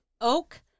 oak